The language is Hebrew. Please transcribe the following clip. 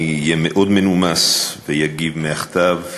אני אהיה מאוד מנומס ואגיב מהכתב,